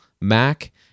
Mac